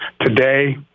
today